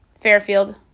Fairfield